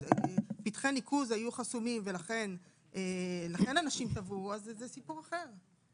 שפתחי ניקוז היו חסומים ולכן אנשים טבעו זה כבר סיפור אחר.